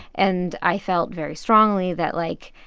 and i felt very strongly that, like,